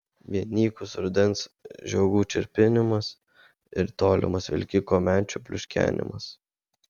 vien nykus rudens žiogų čirpinimas ir tolimas vilkiko menčių pliuškenimas